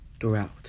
throughout